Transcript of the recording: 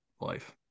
Life